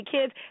kids